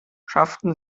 schafften